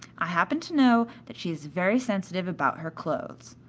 i happen to know that she is very sensitive about her clothes.